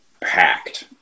packed